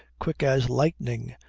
quick as lightning,